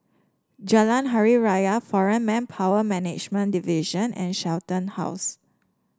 Jalan Hari Raya Foreign Manpower Management Division and Shenton House